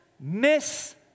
miss